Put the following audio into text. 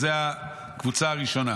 זאת הקבוצה הראשונה.